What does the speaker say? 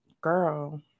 Girl